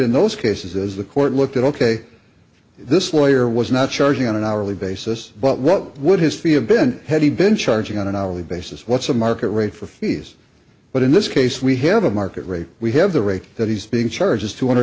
in those cases is the court looked at ok this lawyer was not charging on an hourly basis but what would his fee have been had he been charging on an hourly basis what's a market rate for fees but in this case we have a market rate we have the rate that he's being charged is two hundred